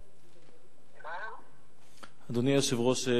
אדוני היושב-ראש,